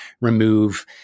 remove